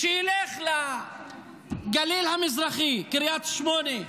שילך לגליל המזרחי, לקריית שמונה,